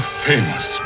famous